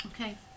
Okay